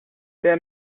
there